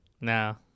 No